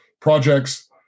projects